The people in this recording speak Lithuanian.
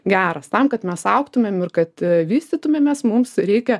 geras tam kad mes augtumėm ir kad vystytumėmės mums reikia